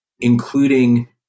including